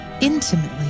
intimately